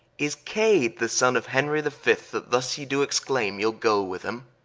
is cade the sonne of henry the fift, that thus you do exclaime you'l go with him.